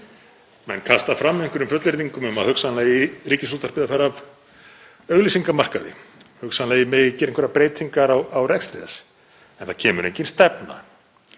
Menn kasta fram einhverjum fullyrðingum um að hugsanlega eigi Ríkisútvarpið að fara af auglýsingamarkaði, hugsanlega megi gera einhverjar breytingar á rekstri þess en það kemur engin stefna.